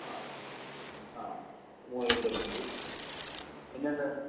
ആ ആ മുവാ പിന്നെന്താ വേണ്ടത്